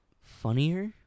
Funnier